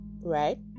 right